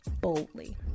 boldly